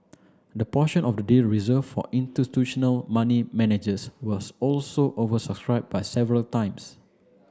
the portion of the deal reserved for institutional money managers was also oversubscribed by several times